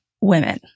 women